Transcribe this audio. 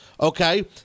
okay